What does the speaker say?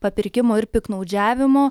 papirkimo ir piktnaudžiavimo